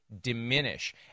diminish